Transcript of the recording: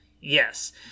Yes